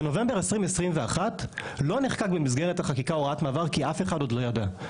בנובמבר 2021 לא נחקקה במסגרת החקיקה הוראת מעבר כי אף אחד עוד לא ידע.